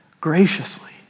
graciously